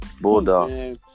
Bulldog